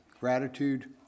Gratitude